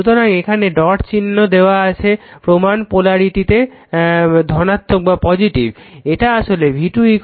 সুতরাং এখানে ডট চিহ্ন দেওয়া আছে প্রমান পোলারিটিতে ধনাত্মক এটা আসলে v2 M d i1 dt